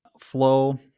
flow